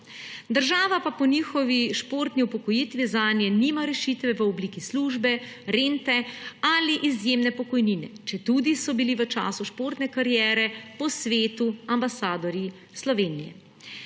Država pa po njihovi športni upokojitvi zanje nima rešitve v obliki službe, rente ali izjemne pokojnine, četudi so bili v času športne kariere po svetu ambasadorji Slovenije.